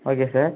okay sir